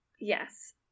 Yes